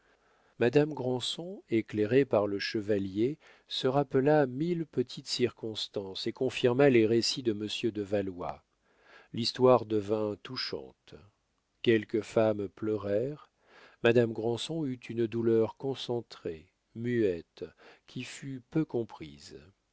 madame granson éclairée par le chevalier se rappela mille petites circonstances et confirma les récits de monsieur de valois l'histoire devint touchante quelques femmes pleurèrent madame granson eut une douleur concentrée muette qui fut peu comprise